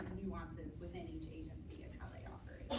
nuances within each agency in how they often